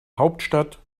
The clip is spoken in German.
hauptstadt